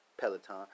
Peloton